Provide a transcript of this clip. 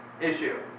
issue